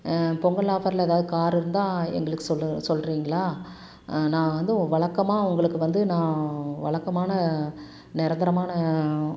பொங்கல் ஆஃபரில் எதாவது காரு இருந்தால் எங்களுக்கு சொல் சொல்கிறிங்களா நான் வந்து வழக்கமாக உங்களுக்கு வந்து நான் வழக்கமான நிரந்தரமான